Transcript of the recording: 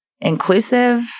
inclusive